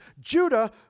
Judah